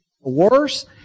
worse